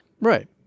Right